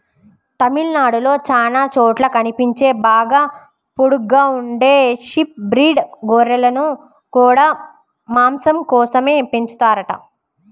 తమిళనాడులో చానా చోట్ల కనిపించే బాగా పొడుగ్గా ఉండే షీప్ బ్రీడ్ గొర్రెలను గూడా మాసం కోసమే పెంచుతారంట